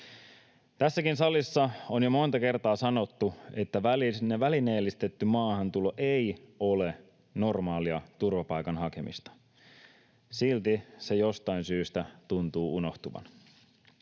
Tässäkin salissa on jo monta kertaa sanottu, että välineellistetty maahantulo ei ole normaalia turvapaikan hakemista. Silti se jostain syystä tuntuu unohtuvan.